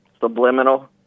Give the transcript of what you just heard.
Subliminal